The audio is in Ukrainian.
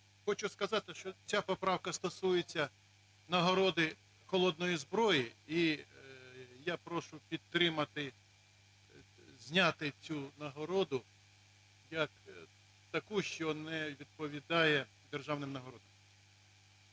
Хочу сказати, що ця поправка стосується нагороди холодної зброї. І я прошу підтримати зняти цю нагороду як таку, що не відповідає державним нагородам.